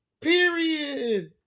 period